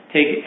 Take